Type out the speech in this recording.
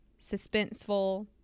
suspenseful